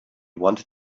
wanted